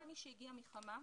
כל מי שהגיע מחבר העמים,